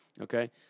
Okay